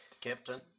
captain